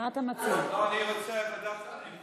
לאן אתם רוצים להעביר?